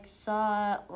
saw